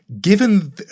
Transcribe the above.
given